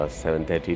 7.30